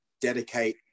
dedicate